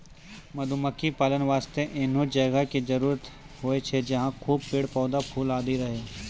मधुमक्खी पालन वास्तॅ एहनो जगह के जरूरत होय छै जहाँ खूब पेड़, पौधा, फूल आदि रहै